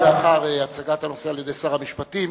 מייד לאחר הצגת הנושא על-ידי שר המשפטים,